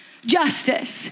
Justice